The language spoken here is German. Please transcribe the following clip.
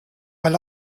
weil